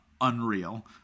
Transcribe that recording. unreal